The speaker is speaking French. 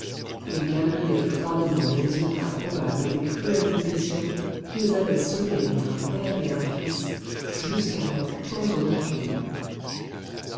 ils calculaient froidement les résultats probables des cruelles divisions qu'ils allaient semer entre un père et un fils jusqu'alors tendrement unis